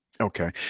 Okay